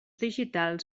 digitals